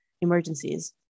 emergencies